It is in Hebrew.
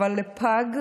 אבל לפג,